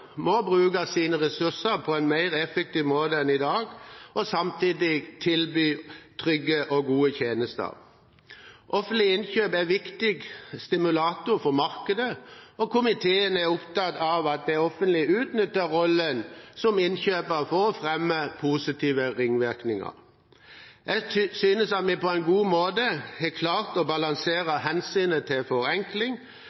må bruke sine ressurser på en mer effektiv måte enn i dag og samtidig tilby trygge og gode tjenester. Offentlige innkjøp er en viktig stimulator for markedet, og komiteen er opptatt av at det offentlige utnytter rollen som innkjøper til å fremme positive ringvirkninger. Jeg synes vi på en god måte har klart å